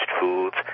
foods